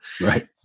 Right